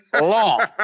long